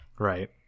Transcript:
Right